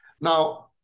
Now